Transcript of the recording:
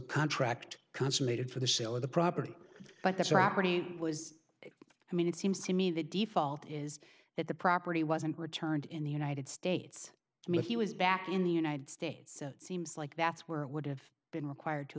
contract consummated for the sale of the property but that's was i mean it seems to me the default is that the property wasn't returned in the united states he was back in the united states so it seems like that's where it would have been required to